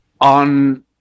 on